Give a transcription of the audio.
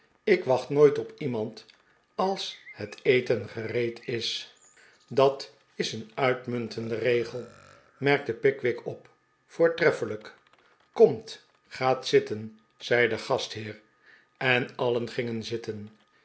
ik wacht nooit op iemand als het eten gereed is dat is een uitmuntende regel merkte pickwick op voortreffelijk komt gaat zitten zei de gastheer en alien gingen zitten